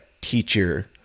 teacher